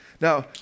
Now